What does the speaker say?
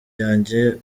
yanjye